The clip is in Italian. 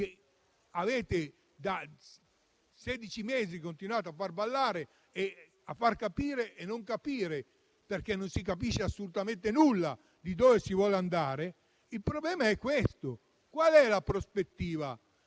da sedici mesi continuate a far ballare e a far capire e non capire, perché non si capisce assolutamente nulla di dove si vuole andare; il problema è questo. Qual è la prospettiva